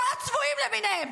כל הצבועים למיניהם?